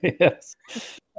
yes